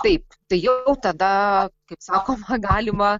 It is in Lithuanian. taip tai jau tada kaip sakoma galima